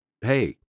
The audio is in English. hey